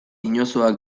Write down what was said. inozoak